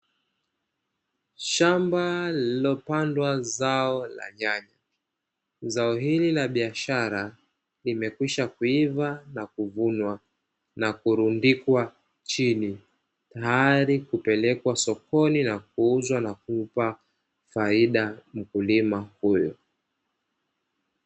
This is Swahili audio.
Shamba lililopandwa zao la nyanya, zao hili la biashara limekwisha kuiva na kuvunwa na kurundikwa chini, tayari kupelekwa sokoni na kuuzwa na kumpa faida mkulima huyo.